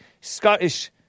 Scottish